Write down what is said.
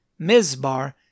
Mizbar